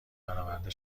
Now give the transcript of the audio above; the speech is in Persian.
برآورده